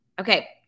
Okay